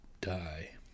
die